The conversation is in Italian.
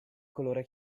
colore